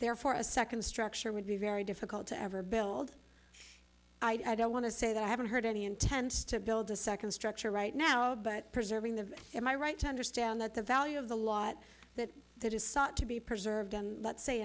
there for a second structure would be very difficult to ever build i don't want to say that i haven't heard any intends to build a second structure right now but preserving the am i right to understand that the value of the lot that that is sought to be preserved let's say